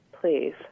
Please